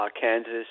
Kansas